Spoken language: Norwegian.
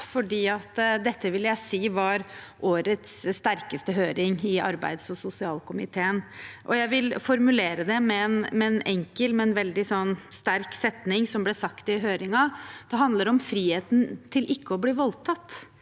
vil jeg si var årets sterkeste høring i arbeids- og sosialkomiteen. Jeg vil formulere det med en enkel, men veldig sterk setning som ble sagt i høringen: Det handler om friheten til ikke å bli voldtatt.